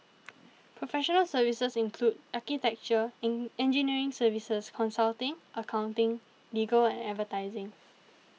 professional services include architecture and engineering services consulting accounting legal and advertising